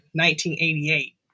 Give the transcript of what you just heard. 1988